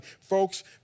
folks